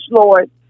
Lord